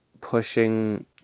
pushing